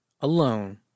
alone